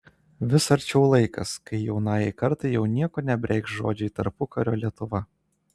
vis arčiau laikas kai jaunajai kartai jau nieko nebereikš žodžiai tarpukario lietuva